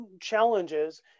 challenges